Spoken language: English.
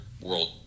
world